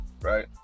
right